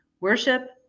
Worship